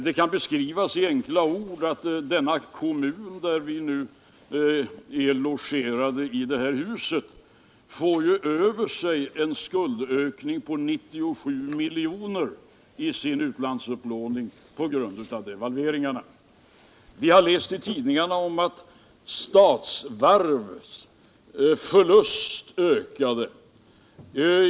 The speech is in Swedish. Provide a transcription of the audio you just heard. Det kan jag beskriva med enkla ord genom att tala om att den kommun som detta hus är beläget i får över sig en skuldökning på 97 milj.kr. i sin utlandsupplåning på grund av devalveringarna. Vi har i tidningarna läst om att Statsvarvs förluster ökade.